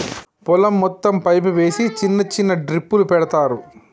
పొలం మొత్తం పైపు వేసి చిన్న చిన్న డ్రిప్పులు పెడతార్